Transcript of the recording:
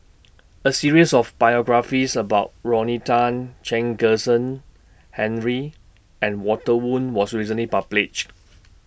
A series of biographies about Rodney Tan Chen Kezhan Henri and Walter Woon was recently published